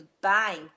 bang